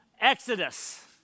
Exodus